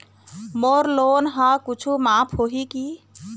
मोर loan हा कुछू माफ होही की?